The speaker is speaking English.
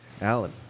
Alan